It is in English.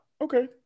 Okay